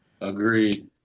Agreed